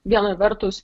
viena vertus